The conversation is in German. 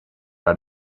oder